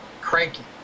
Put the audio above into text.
cranky